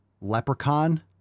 leprechaun